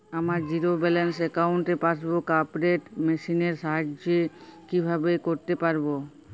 আমার zero balance অ্যাকাউন্টে passbook update machine এর সাহায্যে কীভাবে করতে পারব?